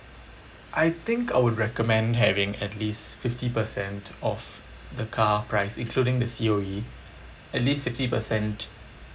I think I would recommend having at least fifty percent of the car price including the C_O_E at least fifty percent